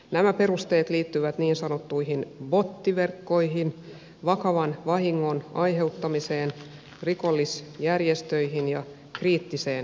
nämä perusteet liittyvät niin sanottuihin bottiverkkoihin vakavan vahingon aiheuttamiseen rikollisjärjestöihin ja kriittiseen infrastruktuuriin